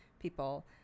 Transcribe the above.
people